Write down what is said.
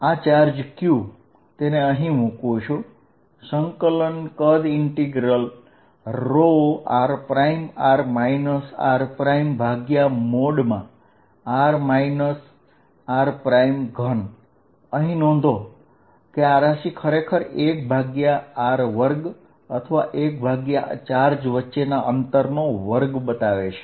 તેથી આ charge q છે અને હું તેને અહીં મૂકું છું તો Fq40dVr r3rr r થશે નોંધો કે અહીં આ ક્વાન્ટીટી એ ખરેખર 1r2 છે અથવા 1 બે ચાર્જ વચ્ચેના અંતરનો વર્ગ છે